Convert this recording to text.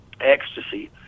ecstasy